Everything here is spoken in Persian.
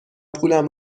پولم